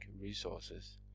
resources